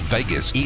Vegas